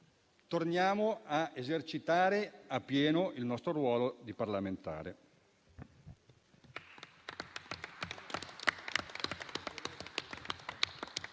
torniamo a esercitare appieno il nostro ruolo di parlamentari.